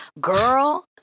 girl